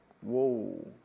Whoa